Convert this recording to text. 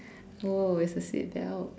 oh it's a seatbelt